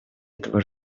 этого